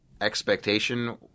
expectation